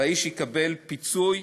והאיש יקבל פיצוי